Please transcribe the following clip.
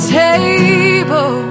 table